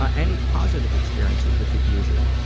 ah any positive experiences with the abuser?